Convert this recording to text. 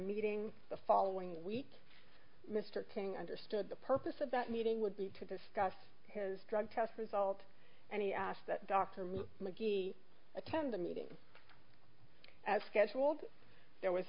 meeting the following week mr ting understood the purpose of that meeting would be to discuss his drug test result and he asked that dr mcgee attend the meeting as scheduled there was